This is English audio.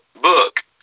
book